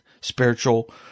spiritual